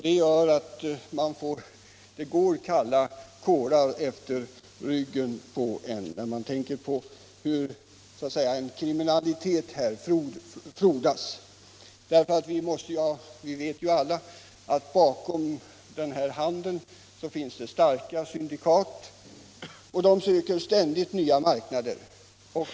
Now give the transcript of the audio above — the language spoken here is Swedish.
Det går kalla kårar efter ryggen när man tänker på hur kriminaliteten frodas här. Bakom den här handeln finns det starka syndikat, som ständigt söker nya marknader.